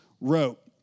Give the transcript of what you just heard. wrote